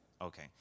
Okay